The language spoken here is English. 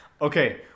Okay